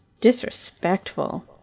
disrespectful